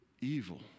evil